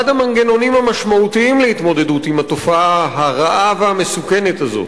אחד המנגנונים המשמעותיים להתמודדות עם התופעה הרעה והמסוכנת הזאת,